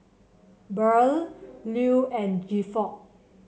Beryl Lew and Gifford